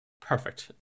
Perfect